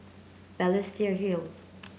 Balestier Hill